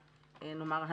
נאמר,